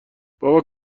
بابا